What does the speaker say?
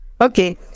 okay